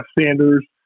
Sanders